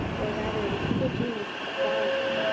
or rather the evil genius of gallantry,